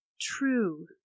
true